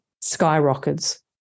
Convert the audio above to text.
skyrockets